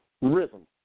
Rhythm